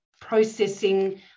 processing